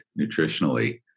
nutritionally